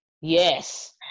Yes